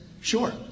sure